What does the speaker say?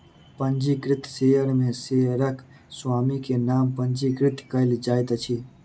पंजीकृत शेयर में शेयरक स्वामी के नाम पंजीकृत कयल जाइत अछि